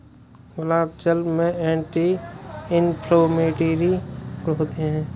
गुलाब जल में anti inflammatory गुण होते हैं